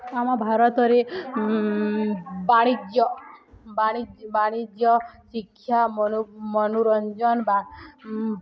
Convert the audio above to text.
ଆମ ଭାରତରେ ବାଣିଜ୍ୟ ବାଣିଜ୍ୟ ବାଣିଜ୍ୟ ଶିକ୍ଷା ମନୋରଞ୍ଜନ